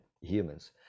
humans